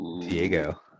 Diego